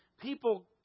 people